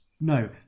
No